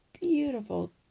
beautiful